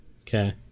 Okay